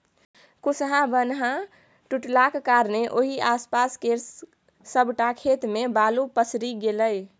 कुसहा बान्ह टुटलाक कारणेँ ओहि आसपास केर सबटा खेत मे बालु पसरि गेलै